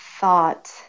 thought